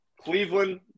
Cleveland